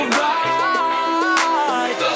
right